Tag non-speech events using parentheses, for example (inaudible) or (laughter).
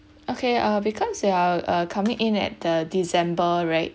okay uh because you are coming in at the december right (breath)